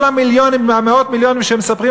כל המיליונים והמאות מיליונים שמספרים